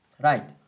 right